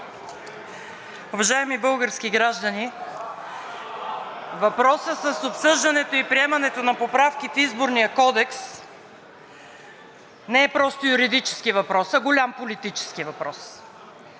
Уважаеми български граждани, въпросът с обсъждането и приемането на поправки в Изборния кодекс не е просто юридически въпрос, а голям политически въпрос